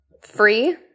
free